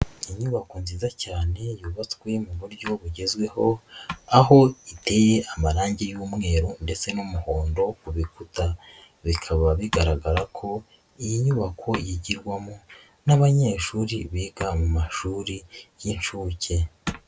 Inyubako nziza cyane yubatswe mu buryo bugezweh,o aho iteye amarange y'umweru ndetse n'umuhondo ku bikuta, bikaba bigaragara ko iyi nyubako yigirwamo n'abanyeshuri biga mu mashuri y'inshuke.